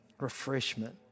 refreshment